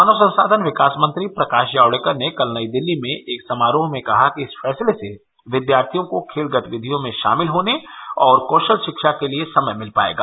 मानव संसाधन विकास मंत्री प्रकाश जावड़ेकर ने कल नई दिल्ली में एक समारोह में कहा कि इस फैसले से विद्यार्थियों को खेल गतिविधियों में शामिल होने और कौशल शिक्षा के लिए समय मिल पाएगा